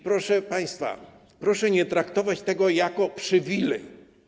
Proszę państwa, proszę nie traktować tego jako przywileju.